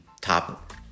top